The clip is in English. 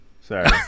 Sorry